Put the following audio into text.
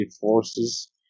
forces